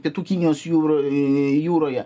pietų kinijos jūroj jūroje